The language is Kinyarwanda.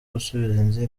gusubiza